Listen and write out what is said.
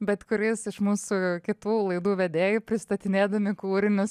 bet kuris iš mūsų kitų laidų vedėjų pristatinėdami kūrinius